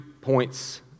points